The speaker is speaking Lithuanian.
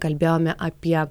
kalbėjome apie